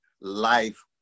life